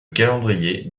calendrier